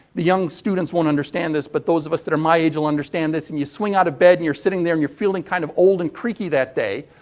the young students won't understand this, but those of us that are my age will understand this. when and you swing out of bed and you're sitting there and you're feeling kind of old and creaky that day,